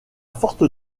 fortes